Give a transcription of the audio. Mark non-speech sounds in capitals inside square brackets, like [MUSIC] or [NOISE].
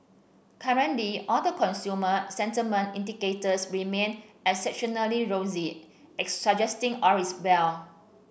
currently all the consumer sentiment indicators remain [UNINTELLIGIBLE] rosy [UNINTELLIGIBLE] suggesting all is well